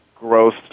growth